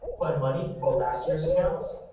put in money for last year's accounts,